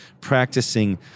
practicing